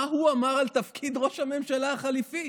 מה הוא אמר על תפקיד ראש הממשלה החליפי?